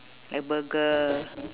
like burger